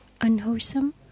unwholesome